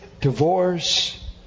divorce